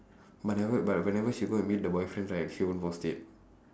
but never but whenever she go and meet the boyfriend right she won't post it